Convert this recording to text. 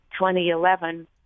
2011